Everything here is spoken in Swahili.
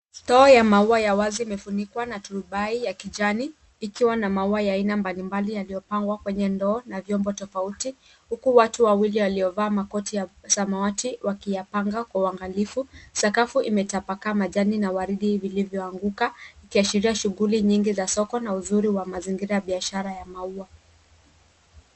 Stoo ya maua ya wazi imefunikwa na turubai ya kijani ikiwa na maua aina mbalimbali yaliyopangwa kwenye ndoo na vyombo tofauti huku watu wawili waliovaa makoti ya samawati wakiyapanga kwa uangalifu sakafu imetapakaa majani na waridi vilivyoanguka ikiashiria uzuri wa soko kama mazingira ya soko ya maua.